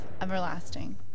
everlasting